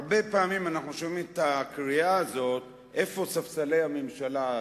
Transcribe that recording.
הרבה פעמים אנחנו שומעים את הקריאה הזאת: איפה ספסלי הממשלה,